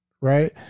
Right